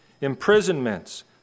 imprisonments